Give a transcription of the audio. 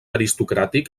aristocràtic